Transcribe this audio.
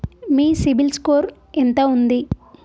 మీ CIBIL score ఎంత ఉంది?